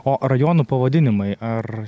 o rajonų pavadinimai ar